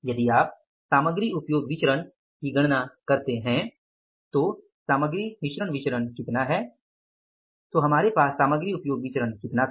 यदि आप सामग्री उपयोग विचरण की गणना करते हैं तो हमारे पास सामग्री उपयोग विचरण कितना था